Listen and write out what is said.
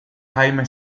jaime